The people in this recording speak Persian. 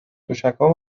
تشکهام